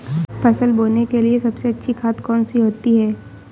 फसल बोने के लिए सबसे अच्छी खाद कौन सी होती है?